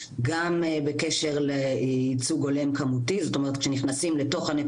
גם בקשר לייצוג הולם כמותי,